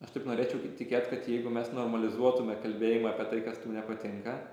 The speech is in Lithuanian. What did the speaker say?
aš taip norėčiau tikėt kad jeigu mes normalizuotume kalbėjimą apie tai kas tau nepatinka